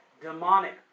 demonic